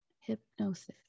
hypnosis